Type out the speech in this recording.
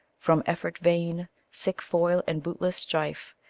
from effort vain, sick foil, and bootless strife,